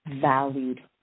valued